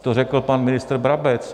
To řekl pan ministr Brabec.